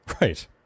Right